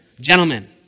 Gentlemen